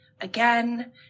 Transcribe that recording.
again